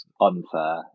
Unfair